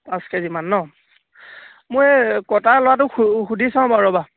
পাঁচ কেজিমান নহ্ মই কটা ল'ৰাটোক সু সুধি চাওঁ বাৰু ৰ'বা